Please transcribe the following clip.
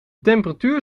temperatuur